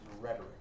rhetoric